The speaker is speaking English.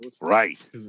Right